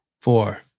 four